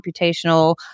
computational